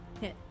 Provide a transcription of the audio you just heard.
hit